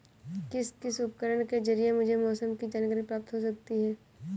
किस किस उपकरण के ज़रिए मुझे मौसम की जानकारी प्राप्त हो सकती है?